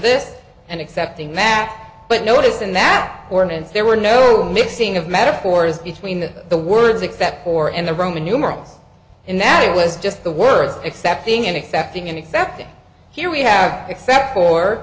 this and accepting math but notice in that ordinance there were no mixing of metaphors between the words except for in the roman numerals in that it was just the words accepting and accepting and accepting here we have except for